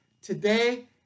today